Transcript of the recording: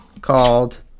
called